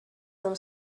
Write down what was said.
them